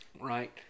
right